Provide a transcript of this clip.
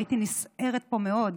הייתי נסערת פה מאוד.